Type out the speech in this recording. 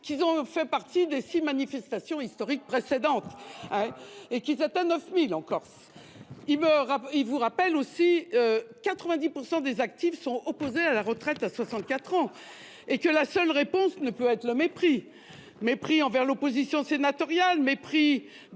qu'ils ont participé aux six manifestations historiques précédentes, et qu'ils étaient 9 000 à le faire. Il vous rappelle aussi que 90 % des actifs sont opposés à la retraite à 64 ans, et que la seule réponse ne peut être le mépris. Mépris envers l'opposition sénatoriale. Mépris